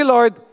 Lord